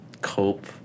cope